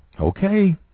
Okay